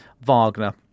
Wagner